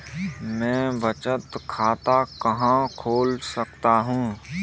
मैं बचत खाता कहाँ खोल सकता हूँ?